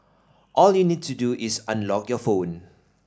all you'll need to do is unlock your phone